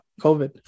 COVID